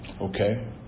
Okay